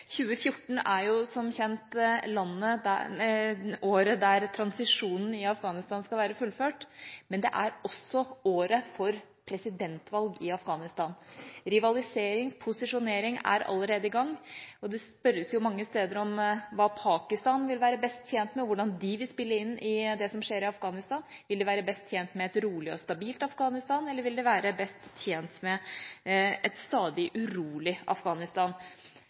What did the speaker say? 2014 er som kjent året der transisjonen i Afghanistan skal være fullført, men det er også året for presidentvalg i Afghanistan. Rivalisering og posisjonering er allerede i gang, og det spørres mange steder om hva Pakistan vil være best tjent med, og hvordan de vil spille inn i det som skjer i Afghanistan. Vil de være best tjent med et rolig og stabilt Afghanistan, eller vil de være best tjent med et stadig urolig Afghanistan?